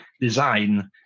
design